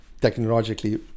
technologically